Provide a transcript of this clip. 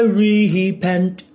repent